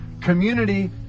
community